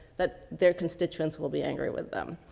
that their constituents will be angry with them.